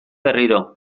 berriro